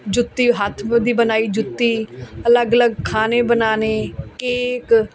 ਜੁੱਤੀ ਹੱਥ ਬੁ ਦੀ ਬਣਾਈ ਜੁੱਤੀ ਅਲੱਗ ਅਲੱਗ ਖਾਣੇ ਬਣਾਉਣੇ ਕੇਕ